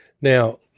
Now